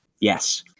yes